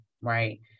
right